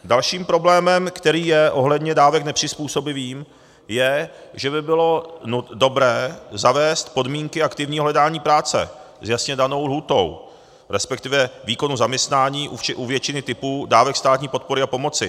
Dalším problémem, který je ohledně dávek nepřizpůsobivým, je, že by bylo dobré zavést podmínky aktivního hledání práce s jasně danou lhůtou, resp. výkonu zaměstnání u většiny typů dávek státní podpory a pomoci.